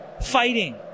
fighting